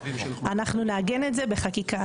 אנחנו נעגן את זה בחקיקה.